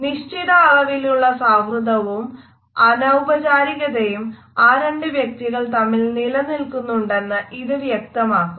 നിശ്ചിത അളവിലുള്ള സൌഹൃദവും അനൌപചാരികതയും ആ രണ്ടു വ്യക്തികൾ തമ്മിൽ നിലനിൽക്കുന്നുണ്ടെന്ന് ഇത് വ്യക്തമാകുന്നു